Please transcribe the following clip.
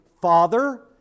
Father